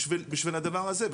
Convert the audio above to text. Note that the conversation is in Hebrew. בשביל הדבר הזה,